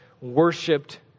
worshipped